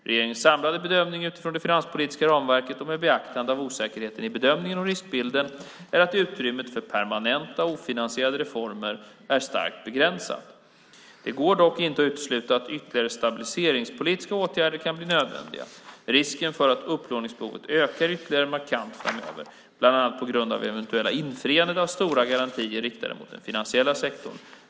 Regeringens samlade bedömning utifrån det finanspolitiska ramverket och med beaktande av osäkerheten i bedömningen och riskbilden är att utrymmet för permanenta ofinansierade reformer är starkt begränsat. Det går dock inte att utesluta att ytterligare stabiliseringspolitiska åtgärder kan bli nödvändiga. Risken för att upplåningsbehovet ökar ytterligare är markant framöver bland annat på grund av eventuella infrianden av stora garantier riktade mot den finansiella sektorn.